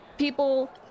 people